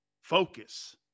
Focus